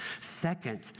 Second